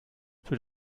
für